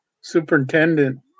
superintendent